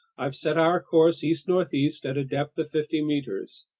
i've set our course east-northeast at a depth of fifty meters.